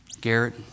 Garrett